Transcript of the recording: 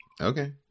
Okay